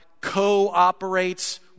cooperates